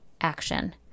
action